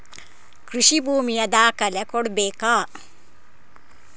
ಕೃಷಿ ಭೂಮಿಯ ದಾಖಲೆ ಕೊಡ್ಬೇಕಾ?